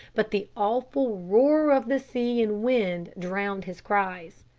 but the awful roar of the sea and wind drowned his cries.